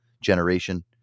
generation